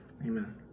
Amen